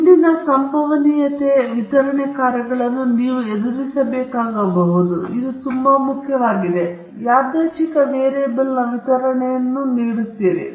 ಹಿಂದಿನ ಸಂಭವನೀಯತೆ ವಿತರಣೆ ಕಾರ್ಯಗಳನ್ನು ನೀವು ಎದುರಿಸಬೇಕಾಗಬಹುದು ಆದ್ದರಿಂದ ಇದು ತುಂಬಾ ಮುಖ್ಯವಾಗಿದೆ ಮತ್ತು ಇದು ಯಾದೃಚ್ಛಿಕ ವೇರಿಯಬಲ್ನ ವಿತರಣೆಯನ್ನು ನೀಡುತ್ತದೆ